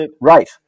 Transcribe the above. Right